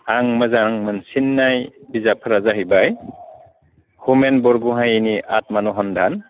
आं मोजां मोनसिन्नाय बिजाबफ्रा जाहैबाय हुमेन बरग'हायनि आत्मा नहनदान